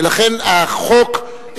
ולכן החוק,